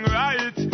right